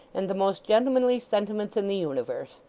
and the most gentlemanly sentiments in the universe!